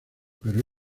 pero